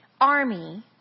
army